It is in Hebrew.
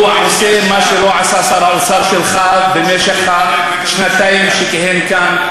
והוא עושה מה שלא עשה שר האוצר שלך במשך השנתיים שכיהן כאן.